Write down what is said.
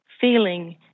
feeling